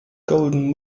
golden